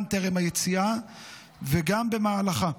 גם טרם היציאה וגם במהלכה.